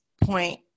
point